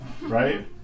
right